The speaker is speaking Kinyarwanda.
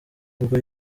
bwo